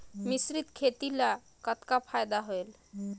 मिश्रीत खेती ल कतना फायदा होयल?